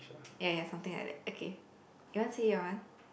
ya ya something like that okay you want to say your one